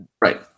right